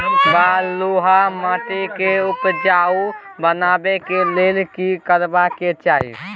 बालुहा माटी के उपजाउ बनाबै के लेल की करबा के चाही?